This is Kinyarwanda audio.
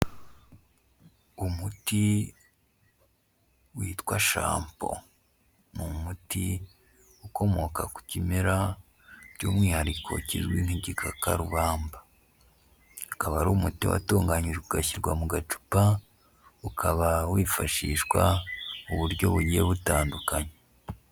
Umuti witwa Shampo, ni umuti ukomoka ku kimera by'umwihariko kizwi nk'igikakarubamba. Ukaba ari umuti watunganyijwe ugashyirwa mu gacupa, ukaba wifashishwa mu buryo bugiye butandukanye.